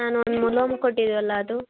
ನಾನು ಒಂದು ಮುಲಾಮು ಕೊಟ್ಟಿದ್ವಲ್ಲ ಅದು